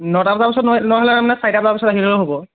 নটা বজাৰ পিছত নোৱাৰিলে নহলে মানে চাৰিটা বজাৰ পিছত আহিলেও হ'ব